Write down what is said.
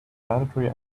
mandatory